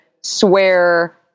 swear